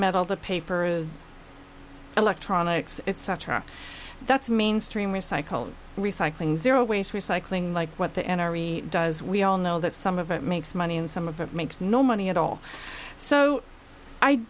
metal the paper is electronics etc that's mainstream recycled recycling zero waste recycling like what the n r a does we all know that some of it makes money and some of it makes no money at all so i